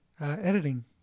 Editing